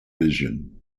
vision